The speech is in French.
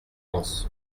ans